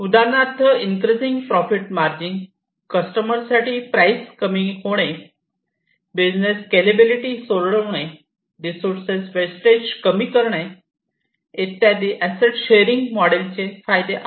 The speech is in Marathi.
उदाहरणार्थ इंक्रेसिंग प्रोफिट मार्जिन कस्टमर साठी प्राईस कमी होणे बिझनेस स्केलेबिलिटी सोडवणे रिसोर्सेस वेस्टेज कमी करणे इत्यादी अॅसेट शेअरिंग मॉडेलचे फायदे आहेत